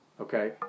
Okay